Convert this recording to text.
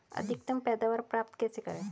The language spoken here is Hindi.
अधिकतम पैदावार प्राप्त कैसे करें?